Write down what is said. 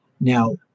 Now